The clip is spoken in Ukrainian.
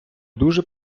дуже